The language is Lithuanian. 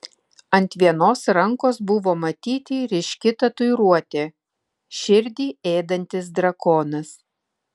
ant vienos rankos buvo matyti ryški tatuiruotė širdį ėdantis drakonas